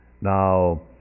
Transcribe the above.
now